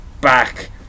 back